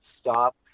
stop